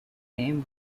name